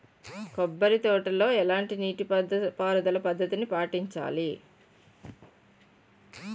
కొబ్బరి తోటలో ఎలాంటి నీటి పారుదల పద్ధతిని పాటించాలి?